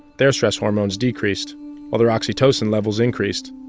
their stress hormones decreased while their oxytocin levels increased.